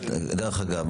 דרך אגב,